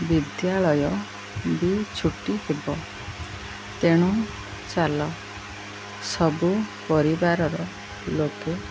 ବିଦ୍ୟାଳୟ ବି ଛୁଟି ହେବ ତେଣୁ ଚାଲ ସବୁ ପରିବାରର ଲୋକେ